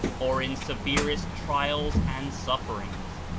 or in severest trials and sufferings.